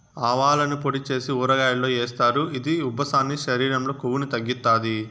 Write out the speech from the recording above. ఆవాలను పొడి చేసి ఊరగాయల్లో ఏస్తారు, ఇది ఉబ్బసాన్ని, శరీరం లో కొవ్వును తగ్గిత్తాది